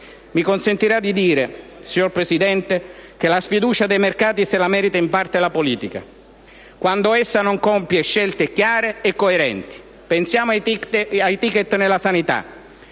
Mi consentirà di dire, signor Presidente del Consiglio, che la sfiducia dei mercati se la merita, in parte, la politica, quando essa non compie scelte chiare e coerenti. Pensiamo ai *ticket* nella sanità: